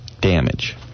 damage